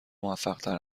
موفقتر